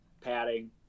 padding